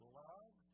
love